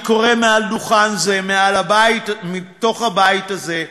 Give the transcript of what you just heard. אני קורא מעל דוכן זה, מתוך הבית הזה,